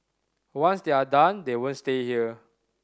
once they are done they won't stay here